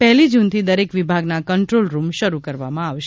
પહેલી જુનથી દરેક વિભાગના કંટ્રોલ શરૂ કરવામાં આવશે